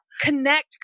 connect